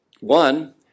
One